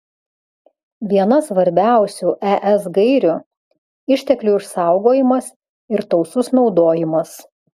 viena svarbiausių es gairių išteklių išsaugojimas ir tausus naudojimas